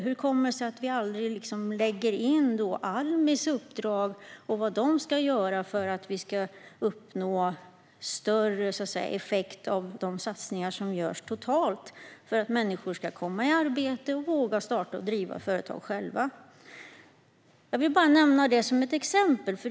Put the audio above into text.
Hur kommer det sig att vi aldrig lägger in Almis uppdrag och vad de ska göra för att vi ska uppnå större, så att säga, effekt av de satsningar som görs totalt för att människor ska komma i arbete och våga starta och driva företag själva? Jag vill bara nämna det som ett exempel.